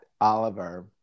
Oliver